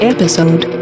Episode